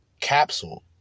Capsule